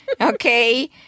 Okay